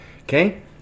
Okay